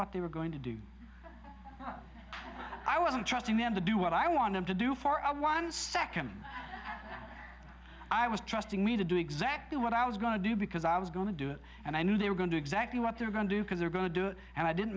what they were going to do i wasn't trusting them to do what i want them to do for i one second i was trusting me to do exactly what i was going to do because i was going to do it and i knew they were going to exactly what they're going to do because they're going to do it and i didn't